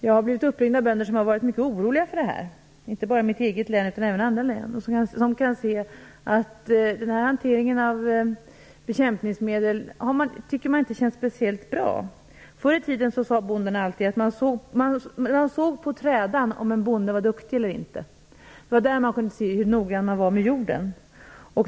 Jag har blivit uppringd av bönder som har varit mycket oroliga för det, inte bara i mitt eget hemlän utan också i andra län. De tycker inte att den här hanteringen av bekämpningsmedel känns speciellt bra. Förr i tiden sade bonden alltid att man såg på trädan om bonden var duktig eller inte. Det var där man kunde se hur noggrann han var med jorden.